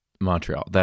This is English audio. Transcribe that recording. Montreal